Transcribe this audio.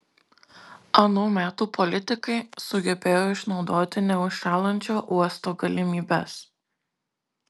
anų metų politikai sugebėjo išnaudoti neužšąlančio uosto galimybes